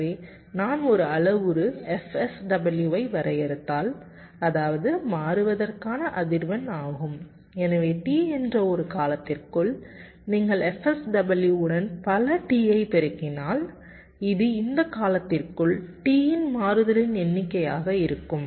எனவே நான் ஒரு அளவுரு fSW ஐ வரையறுத்தால் அதாவது மாறுவதற்கான அதிர்வெண் ஆகும் எனவே T என்ற ஒரு காலத்திற்குள் நீங்கள் F SW உடன் பல T ஐ பெருக்கினால் இது இந்த காலத்திற்குள் T இன் மாறுதலின் எண்ணிக்கையாக இருக்கும்